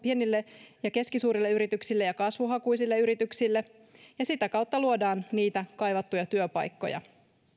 pienille ja keskisuurille yrityksille ja kasvuhakuisille yrityksille ja sitä kautta luodaan niitä kaivattuja työpaikkoja